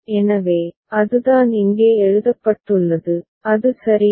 எனவே அதுதான் இங்கே எழுதப்பட்டுள்ளது அது சரியா